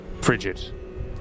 frigid